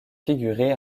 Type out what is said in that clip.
figurer